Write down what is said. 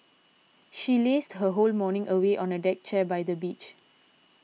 she lazed her whole morning away on a deck chair by the beach